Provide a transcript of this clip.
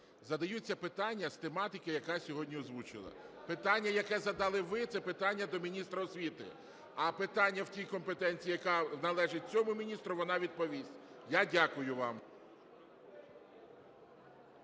Задаються питання з тематики, яка сьогодні озвучена. Питання, яке задали ви, це питання до міністра освіти. А питання в тій компетенції, яка належить цьому міністру, вона відповість. Я дякую вам.